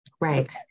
Right